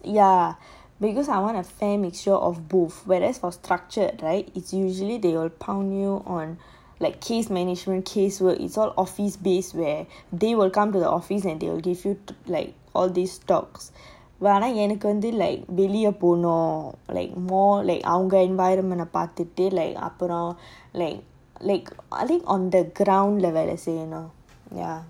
ya because I want a fair mixture of both whereas for structured right it's usually they will pound on like case management case work it's all office base where they will come to the office and they will give you like all these docs வேணாஎனக்குவந்துவெளியபோனும்:vena enakku vandhu veliya ponum on the ground level let's say you know ya